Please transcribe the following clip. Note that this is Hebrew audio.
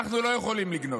אנחנו לא יכולים לגנוז,